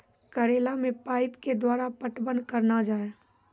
करेला मे पाइप के द्वारा पटवन करना जाए?